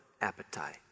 appetite